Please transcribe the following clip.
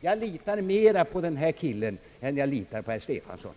Jag litar mera på den här killen som skrivit detta än jag litar på herr Stefanson.